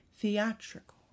theatrical